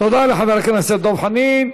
תודה לחבר הכנסת דב חנין,